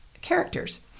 characters